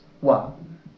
one